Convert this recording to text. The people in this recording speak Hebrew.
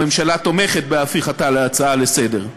הממשלה תומכת בהפיכתה להצעה לסדר-היום.